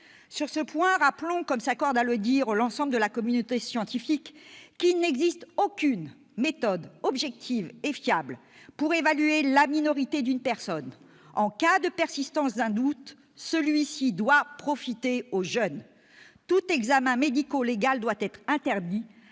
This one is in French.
Sur ce point, rappelons, comme s'accorde à le dire l'ensemble de la communauté scientifique, qu'il n'existe aucune méthode objective et fiable pour évaluer la minorité d'une personne. En cas de persistance d'un doute, celui-ci doit profiter au jeune. Tout examen médico-légal doit être interdit.